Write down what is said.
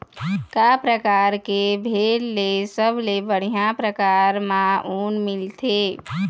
का परकार के भेड़ ले सबले बढ़िया परकार म ऊन मिलथे?